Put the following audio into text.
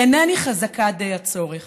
אינני חזקה די הצורך.